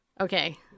Okay